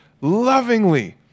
lovingly